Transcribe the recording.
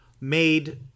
made